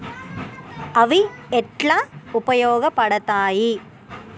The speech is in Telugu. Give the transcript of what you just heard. అవి ఎట్లా ఉపయోగ పడతాయి?